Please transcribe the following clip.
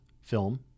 film